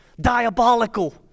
diabolical